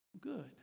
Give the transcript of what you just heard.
Good